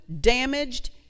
damaged